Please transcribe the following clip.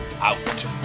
out